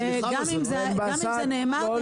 סליחה --- גם אם זה נאמר,